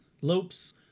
Lopes